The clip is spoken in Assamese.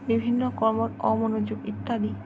বিভিন্ন কৰ্মত অমনোযোগ ইত্যাদি